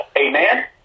Amen